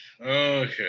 Okay